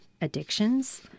addictions